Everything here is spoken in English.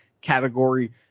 category